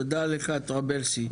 תודה לך טרבלסי.